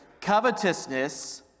Covetousness